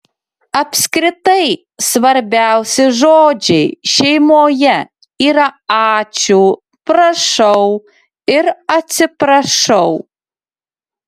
apskritai svarbiausi žodžiai šeimoje yra ačiū prašau ir atsiprašau